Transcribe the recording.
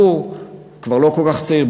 בחור, כבר לא כל כך צעיר,